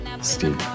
Steve